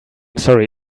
sorry